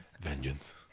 Vengeance